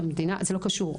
זה לא קשור.